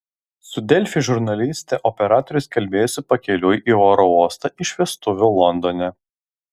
su delfi žurnaliste operatorius kalbėjosi pakeliui į oro uostą iš vestuvių londone